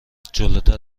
جلوتر